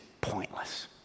pointless